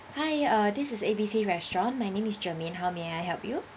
hi uh this is A_B_C restaurant my name is germane how may I help you